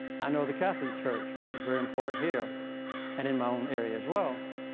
i know the catholic church, which is very important here and in my own area as well,